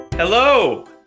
Hello